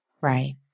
Right